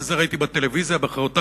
ואת זה ראיתי בטלוויזיה בחצור-הגלילית,